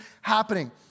happening